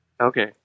Okay